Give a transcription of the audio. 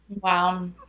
Wow